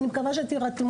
ואני מקווה שתרתמו,